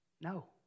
no